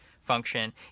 function